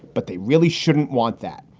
but they really shouldn't want that.